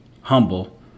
humble